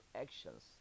actions